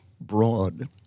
broad